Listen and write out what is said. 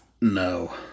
No